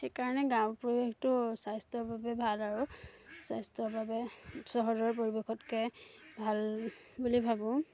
সেইকাৰণে গাঁৱৰ পৰিৱেশটো স্বাস্থ্যৰ বাবে ভাল আৰু স্বাস্থ্যৰ বাবে চহৰৰ পৰিৱেশতকৈ ভাল বুলি ভাবোঁ